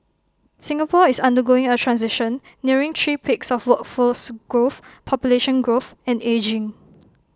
Singapore is undergoing A transition nearing three peaks of workforce growth population growth and ageing